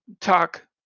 talk